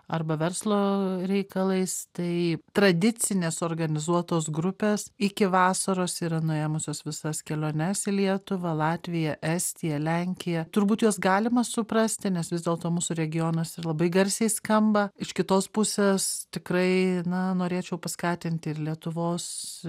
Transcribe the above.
arba verslo reikalais tai tradicinės organizuotos grupės iki vasaros yra nuėmusios visas keliones į lietuvą latviją estiją lenkiją turbūt juos galima suprasti nes vis dėlto mūsų regionas ir labai garsiai skamba iš kitos pusės tikrai na norėčiau paskatinti ir lietuvos